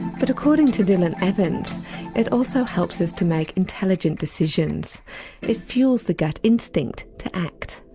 but according to dylan evans it also helps us to make intelligent decisions it fuels the gut instinct to act.